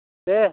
दे